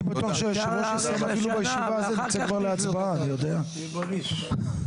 חבר הכנסת, איימן עודה, בבקשה.